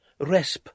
Resp